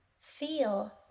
Feel